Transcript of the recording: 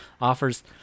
offers